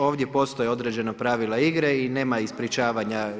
Ovdje postoje određena pravila igre i nema ispričavanja.